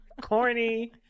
Corny